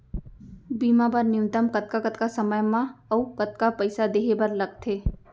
बीमा बर न्यूनतम कतका कतका समय मा अऊ कतका पइसा देहे बर लगथे